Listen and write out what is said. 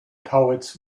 poets